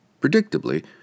Predictably